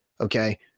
Okay